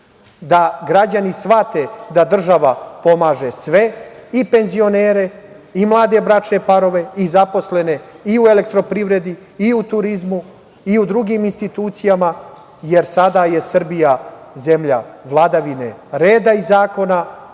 da građani shvate da država pomaže sve i penzionere i mlade bračne parove i zaposlene i u elektroprivredi i u turizmu, i u drugim institucijama, jer sada je Srbija zemlja vladavine reda i zakona,